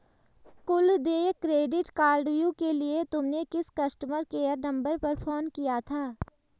कुल देय क्रेडिट कार्डव्यू के लिए तुमने किस कस्टमर केयर नंबर पर फोन किया था?